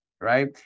right